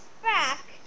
back